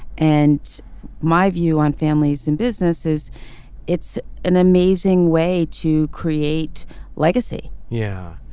and my view on families in business is it's an amazing way to create legacy yeah.